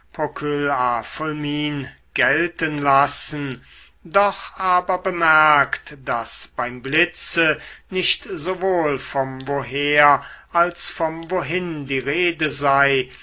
gelten lassen doch aber bemerkt daß beim blitze nicht sowohl vom woher als vom wohin die rede sei